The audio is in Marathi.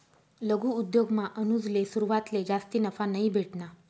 लघु उद्योगमा अनुजले सुरवातले जास्ती नफा नयी भेटना